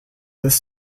this